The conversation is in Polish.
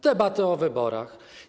Debatę o wyborach.